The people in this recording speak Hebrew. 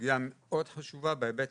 סוגייה מאוד חשובה בהיבט